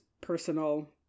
personal